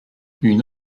une